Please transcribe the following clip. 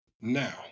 Now